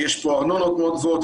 יש פה ארנונות גבוהות מאוד,